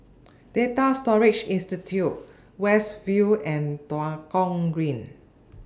Data Storage Institute West View and Tua Kong Green